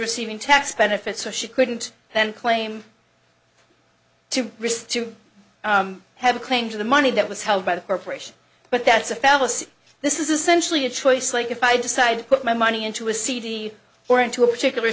receiving tax benefits so she couldn't then claim to risk to have a claim to the money that was held by the corporation but that's a fallacy this is essentially a choice like if i decide to put my money into a cd or into a particular